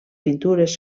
pintures